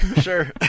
sure